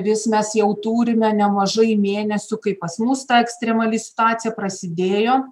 vis mes jau turime nemažai mėnesių kai pas mus ta ekstremali situacija prasidėjo